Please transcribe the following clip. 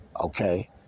Okay